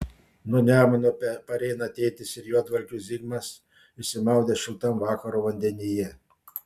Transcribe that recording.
nuo nemuno pareina tėtis ir juodvalkių zigmas išsimaudę šiltam vakaro vandenyje